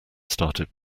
started